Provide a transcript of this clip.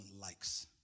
likes